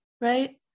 Right